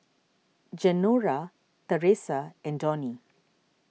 Genaro theresa and Donie